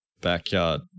backyard